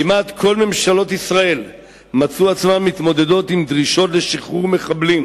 כמעט כל ממשלות ישראל מצאו את עצמן מתמודדות עם דרישות לשחרור מחבלים